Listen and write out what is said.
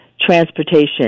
transportation